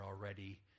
already